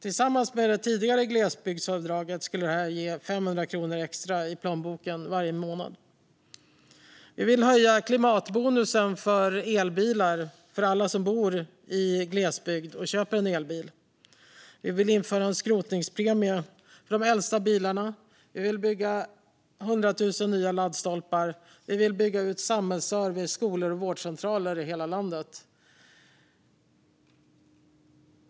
Tillsammans med det tidigare glesbygdsavdraget skulle det ge 500 kronor extra i plånboken varje månad. Vi vill höja klimatbonusen för elbilar för alla som bor i glesbygd och köper en elbil. Vi vill införa en skrotningspremie för de äldsta bilarna. Vi vill bygga 100 000 nya laddstolpar. Vi vill bygga ut samhällsservice, skolor och vårdcentraler i hela landet.